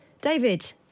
David